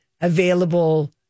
available